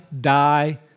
die